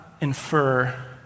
infer